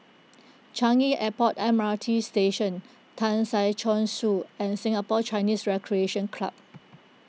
Changi Airport M R T Station Tan Si Chong Su and Singapore Chinese Recreation Club